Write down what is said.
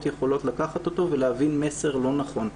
יכולות לקחת אותו ולהבין מסר לא נכון.